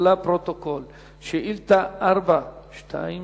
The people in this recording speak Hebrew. התש"ע (11 בנובמבר 2009):